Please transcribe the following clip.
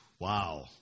Wow